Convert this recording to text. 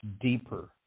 deeper